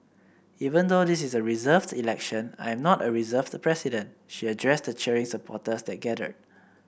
even though this is a reserved election I am not a reserved president she addressed the cheering supporters that gathered